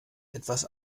etwas